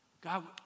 God